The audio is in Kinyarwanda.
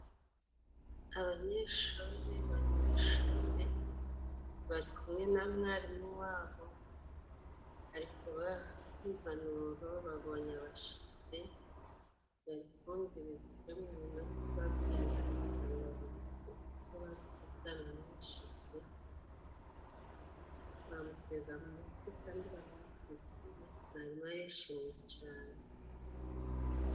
Abanyeshuri bari mu ishuri bari kumwe na mwarimu wabo ari kubaha impanuro, babonye abashitsi barikumviriza ibyo mwarimu ari kubabwira kugira ngo bamenye uko baza kuvugana n'abashitsi ,bamuteze amatwi kandi baramukurikiye mwarimu arishimye cane.